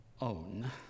own